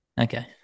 okay